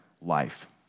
life